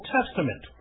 Testament